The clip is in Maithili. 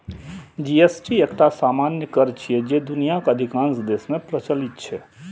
जी.एस.टी एकटा सामान्य कर छियै, जे दुनियाक अधिकांश देश मे प्रचलित छै